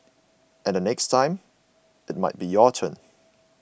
and the next time it might be your turn